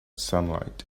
sunlight